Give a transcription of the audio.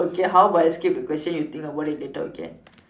okay how about I skip the question you think about it later okay